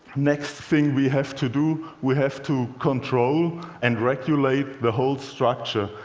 next thing we have to do, we have to control and regulate the whole structure.